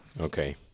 Okay